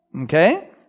Okay